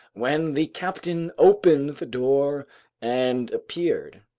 when the captain opened the door and appeared.